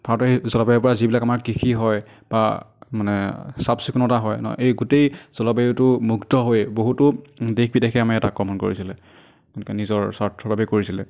ভাৰতৰ সেই জলবায়ুৰ পৰা যিবিলাক আমাৰ কৃষি হয় বা মানে চাফচিকুণতা হয় ন এই গোটেই জলবায়ুটো মুগ্ধ হৈ বহুতো দেশ বিদেশে আমাৰ ইয়াত আক্ৰমণ কৰিছিলে তেওঁলোকে নিজৰ স্বাৰ্থৰ বাবেই কৰিছিলে